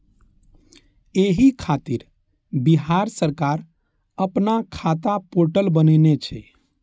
एहि खातिर बिहार सरकार अपना खाता पोर्टल बनेने छै